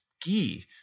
ghee